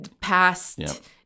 past